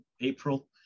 April